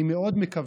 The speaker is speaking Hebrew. אני מאוד מקווה,